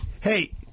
Hey